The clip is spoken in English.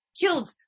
killed